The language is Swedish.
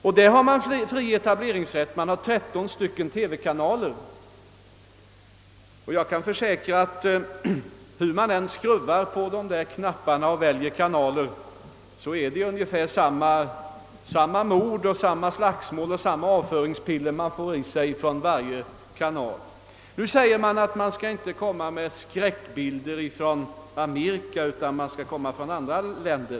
På grund av den fria etableringsrätten har jag då kunnat välja mellan 13 kanaler. Jag kan försäkra att hur man än skruvar på knapparna och tar in olika kanaler, så möter man ungefär samma mord, samma slagsmål och samma avföringspiller. Det sägs här att vi inte bör måla upp skräckbilder från Amerika utan i stället hämta exempel från andra länder.